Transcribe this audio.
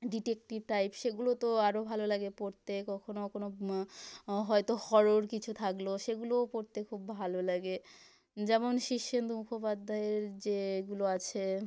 detective type সেগুলো তো আরো ভালো লাগে পড়তে কখনও কোনও হয়তো হরর কিছু থাকলো সেগুলোও পড়তে খুব ভালো লাগে যেমন শীর্ষেন্দু মুখোপাধ্যায়ের যেগুলো আছে